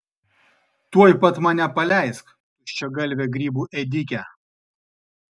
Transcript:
tuoj pat mane paleisk tuščiagalve grybų ėdike